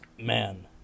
Man